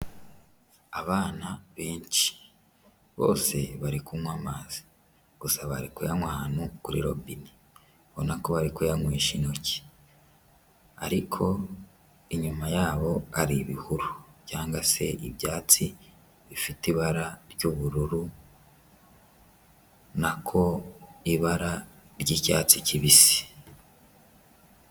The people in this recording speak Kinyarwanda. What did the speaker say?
Abana benshi bose bari kunywa amazi, gusa bari kuyanywa ahantu kuri robine, ubona ko bari kuyanywesha intoki, ariko inyuma yabo ari ibihuru cyangwa se ibyatsi bifite ibara ry'ubururu, nako ibara ry'icyatsi kibisi.